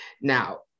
Now